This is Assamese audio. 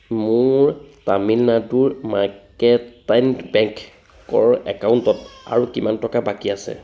মোৰ তামিলনাডু মাৰ্কেণ্টাইট বেংকৰ একাউণ্টত আৰু কিমান টকা বাকী আছে